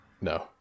No